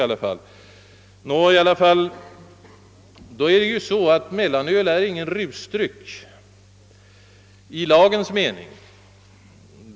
Mellanölet är emellertid ingen rusdryck i lagens mening.